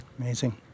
Amazing